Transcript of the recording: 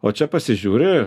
o čia pasižiūri